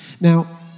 Now